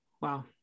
Wow